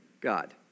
God